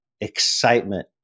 excitement